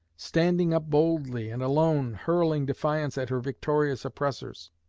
standing up boldly and alone, hurling defiance at her victorious oppressors.